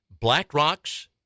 BlackRock's